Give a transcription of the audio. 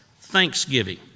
thanksgiving